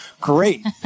Great